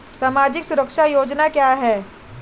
सामाजिक सुरक्षा योजना क्या है?